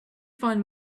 find